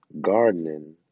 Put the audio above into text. gardening